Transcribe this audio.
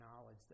knowledge